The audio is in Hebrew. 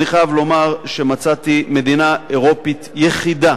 אני חייב לומר שמצאתי מדינה אירופית יחידה